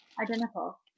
identical